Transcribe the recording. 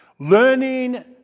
Learning